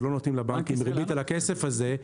ולא נותנים לבנקים ריבית על הכסף הזה,